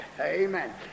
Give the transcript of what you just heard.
amen